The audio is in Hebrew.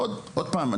ועוד פעם,